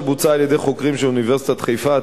שבוצע על-ידי חוקרים של אוניברסיטת חיפה,